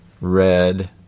Red